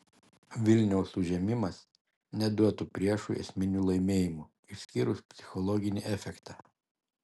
vilniaus užėmimas neduotų priešui esminių laimėjimų išskyrus psichologinį efektą